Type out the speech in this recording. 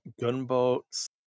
gunboats